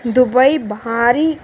Dubai ಭಾರಿ